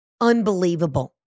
Unbelievable